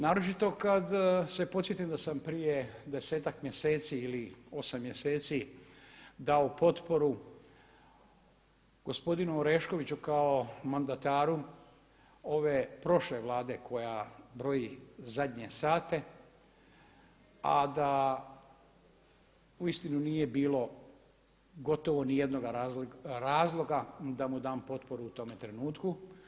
Naročito kad se podsjetim da sam prije desetak mjeseci ili 8 mjeseci dao potporu gospodinu Oreškoviću kao mandataru ove prošle Vlade koja broji zadnje sate, a da uistinu nije bilo gotovo ni jednoga razloga ni da mu dam potporu u tome trenutku.